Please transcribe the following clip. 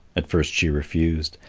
at first she refused,